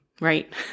right